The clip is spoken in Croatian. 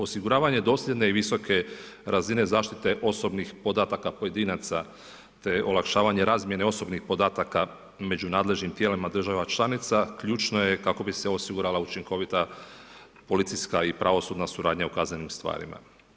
Osiguravanje dosljedne i visoke razine zaštite osobnih podataka pojedinaca te olakšavanje razmjene osobnih podataka među nadležnim tijelima država članica ključno je kako bi se osigurala učinkovita policijska i pravosudna suradnja u kaznenim stvarima.